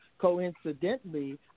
Coincidentally